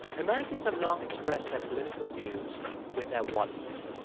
americans have long expressed their political views with their wallets.